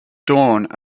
dawn